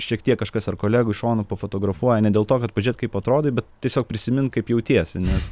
šiek tiek kažkas ar kolegų iš šonų pafotografuoja ne dėl to kad pažiūrėt kaip atrodai bet tiesiog prisimint kaip jautiesi nes